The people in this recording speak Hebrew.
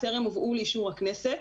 טרם הובאו לאישור הכנסת,